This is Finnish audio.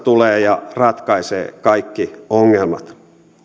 tulee ja ratkaisee kaikki ongelmat